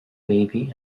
baby